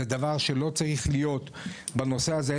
זה דבר שלא צריך להיות בנושא הזה,